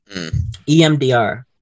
EMDR